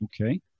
Okay